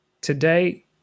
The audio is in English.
today